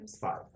Five